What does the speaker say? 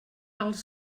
als